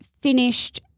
Finished